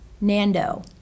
Nando